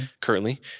currently